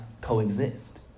coexist